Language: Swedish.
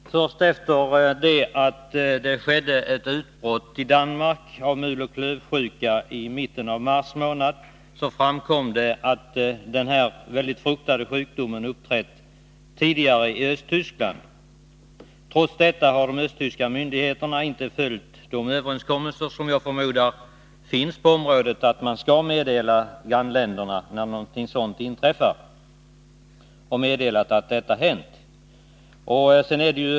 Herr talman! Först efter det att det i mitten av mars månad skett ett utbrott av muloch klövsjuka i Danmark framkom det att denna mycket fruktade sjukdom tidigare uppträtt i Östtyskland. De östtyska myndigheterna har inte följt de överenskommelser som, förmodar jag, finns på området — att meddela grannländerna när något sådant händer.